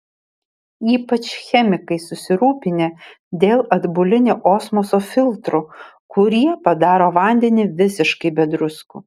ypač chemikai susirūpinę dėl atbulinio osmoso filtrų kurie padaro vandenį visiškai be druskų